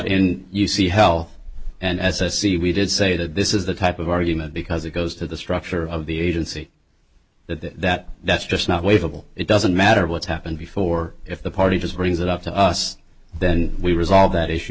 see health and as a see we did say that this is the type of argument because it goes to the structure of the agency that that that's just not wafl it doesn't matter what's happened before if the party just brings it up to us then we resolve that issue